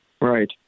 Right